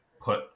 put